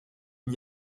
n’y